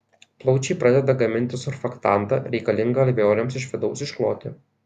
plaučiai pradeda gaminti surfaktantą reikalingą alveolėms iš vidaus iškloti